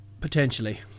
potentially